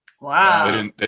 Wow